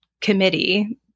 committee